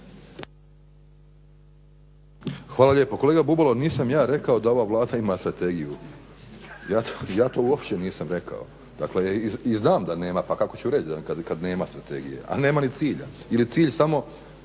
Hvala lijepo. Kolega Bubalo, nisam ja rekao da ova Vlada ima strategiju. Ja to uopće nisam rekao. Dakle, i znam da nema pa kako ću reći kad nema strategije, a nema ni cilja jer je cilj samo,